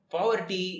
Poverty